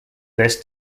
this